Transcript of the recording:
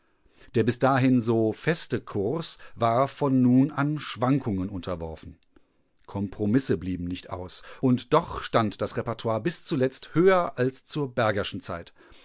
der bis dahin so feste kurs war von nun an schwankungen unterworfen kompromisse blieben nicht aus und doch stand das repertoire bis zuletzt höher als zur bergerschen zeit